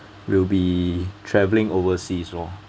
will be travelling overseas loh